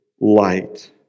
light